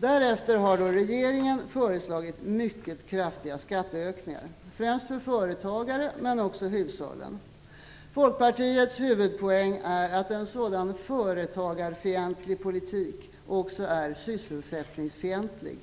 Därefter har regeringen föreslagit mycket kraftiga skatteökningar, främst för företagare men också för hushållen. Folkpartiets huvudpoäng är att en sådan företagarfientlig politik också är sysselsättningsfientlig.